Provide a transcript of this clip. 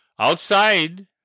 Outside